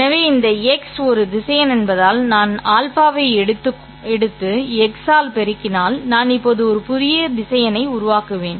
எனவே இந்த x ஒரு திசையன் என்பதால் நான் α ஐ எடுத்து ́x ஆல் பெருக்கினால் நான் இப்போது ஒரு புதிய திசையனை உருவாக்குவேன்